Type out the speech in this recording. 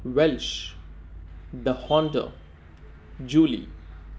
Welsh डहॉंडं जुली